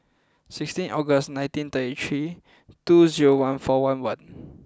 sixteen August nineteen thirty three two zero one four one one